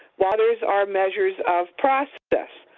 while others are measures of process.